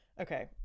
Okay